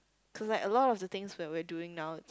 cause like a lot of the things that we were doing now